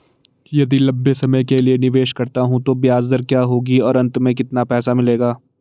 यदि लंबे समय के लिए निवेश करता हूँ तो ब्याज दर क्या होगी और अंत में कितना पैसा मिलेगा?